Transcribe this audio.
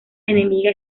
enemiga